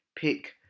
pick